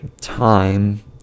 time